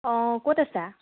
অ ক'ত আছা